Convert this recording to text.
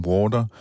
Water